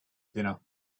dinner